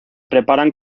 preparan